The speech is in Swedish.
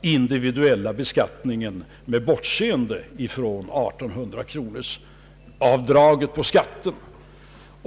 individuella beskattningen med bortseende från 1 800-kronorsavdraget på skatten.